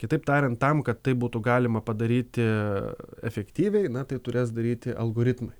kitaip tariant tam kad tai būtų galima padaryti efektyviai na tai turės daryti algoritmai